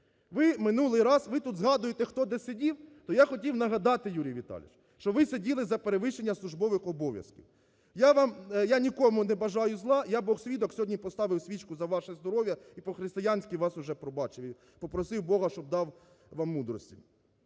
Ви минулий раз… Ви тут згадуєте, хто де сидів, то я хотів нагадати, Юрій Віталійович, що ви сиділи за перевищення службових обов'язків. Я нікому не бажаю зла, я, Бог свідок, сьогодні поставив свічку за ваше здоров'я і по-християнськи вас уже пробачив, і попросив Бога, щоб дав вам мудрості.